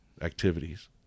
activities